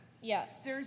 Yes